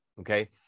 okay